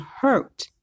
hurt